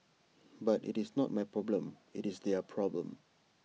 but IT is not my problem IT is their problem